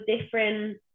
different